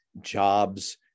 jobs